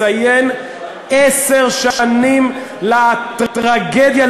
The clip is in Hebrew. נציין עשר שנים לטרגדיה,